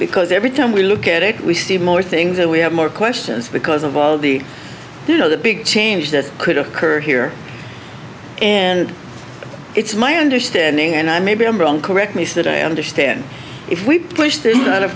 because every time we look at it we see more things and we have more questions because of all the you know the big change that could occur here and it's my understanding and i maybe i'm wrong correct me that i understand if we push